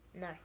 No